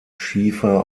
schiefer